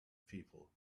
people